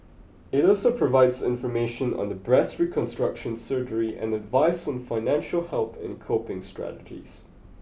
it also provides information on the breast reconstruction surgery and advice on financial help and coping strategies